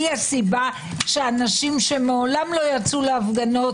היא הסיבה שאנשים שמעולם לא יצאו להפגנות